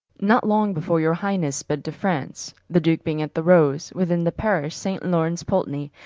not long before your highnesse sped to france, the duke being at the rose, within the parish saint laurence poultney,